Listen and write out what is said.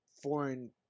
foreign